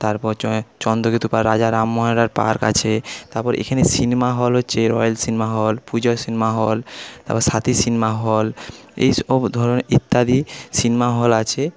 তারপর চন্দ্রকেতু বা রাজা রামমোহন রয় পার্ক আছে তারপর এখানে সিনেমা হল হচ্ছে royal cinema hall Puja cinema hall তারপর সাথী সিনেমা হল এইসব ধরনের ইত্যাদি সিনেমা হল আছে